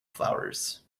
flowers